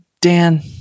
Dan